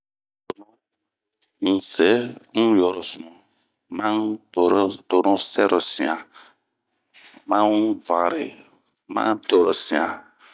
N,vɛ tonu, n'se n'yorosian, man n'torosian ,abun n'vɛra.